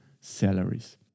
salaries